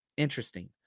Interesting